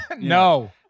no